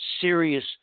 serious